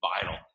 vital